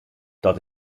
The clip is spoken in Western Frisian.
dat